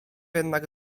jednak